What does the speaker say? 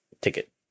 ticket